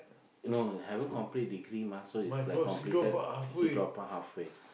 no haven't complete degree mah so it's like completed he drop out half way